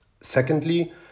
Secondly